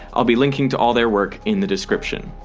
i'll be linking to all their work in the description